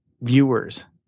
viewers